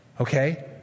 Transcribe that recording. Okay